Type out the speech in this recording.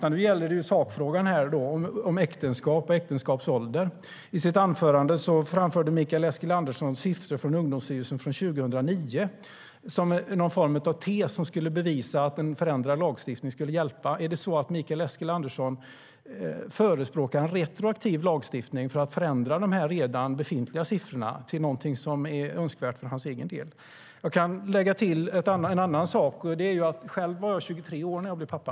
Nu gäller det sakfrågan om äktenskap och äktenskapsålder. I sitt anförande framförde Mikael Eskilandersson siffror från Ungdomsstyrelsen från 2009 som någon form av tes som skulle bevisa att en förändrad lagstiftning skulle hjälpa. Är det så att Mikael Eskilandersson förespråkar en retroaktiv lagstiftning för att förändra de redan befintliga siffrorna till något som är önskvärt för hans egen del? Jag kan lägga till en annan sak: Själv var jag 23 år när jag blev pappa.